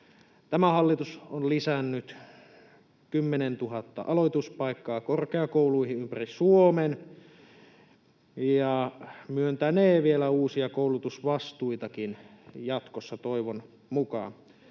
Tämä hallitus on lisännyt 10 000 aloituspaikkaa korkeakouluihin ympäri Suomen ja myöntänee vielä uusia koulutusvastuitakin jatkossa, toivon mukaan.